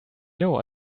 know